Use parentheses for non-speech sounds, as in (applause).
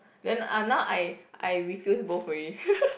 then uh now I I refuse both already (laughs)